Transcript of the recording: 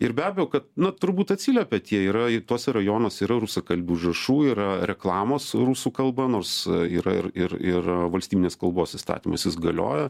ir be abejo kad na turbūt atsiliepia tie yra ir tuose rajonuose yra rusakalbių užrašų yra reklamos rusų kalba nors yra ir ir ir valstybinės kalbos įstatymas jis galioja